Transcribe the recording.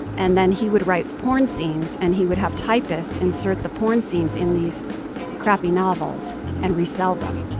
and then he would write porn scenes, and he would have typists insert the porn scenes in these crappy novels and resell them